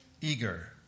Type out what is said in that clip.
eager